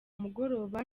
mugoroba